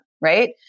Right